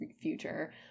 future